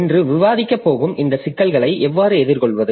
இன்று விவாதிக்கப் போகும் இந்த சிக்கலை எவ்வாறு எதிர்கொள்வது